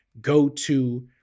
go-to